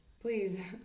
please